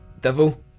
devil